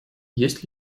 есть